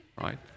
right